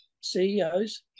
CEOs